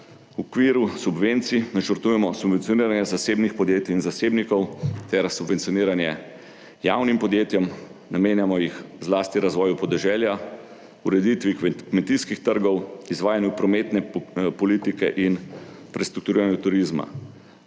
V okviru subvencij načrtujemo subvencioniranje zasebnih podjetij in zasebnikov ter subvencioniranje javnim podjetjem. Namenjamo jih zlasti razvoju podeželja, ureditvi kmetijskih trgov, izvajanju prometne politike in prestrukturiranju turizma.